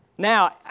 Now